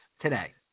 today